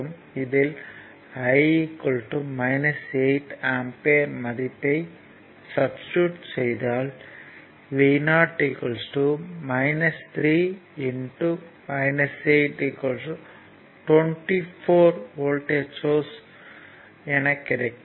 இதில் I 8 ampere மதிப்பை substitute செய்தால் Vo 3 8 24 வோல்ட்டேஜ் என கிடைக்கும்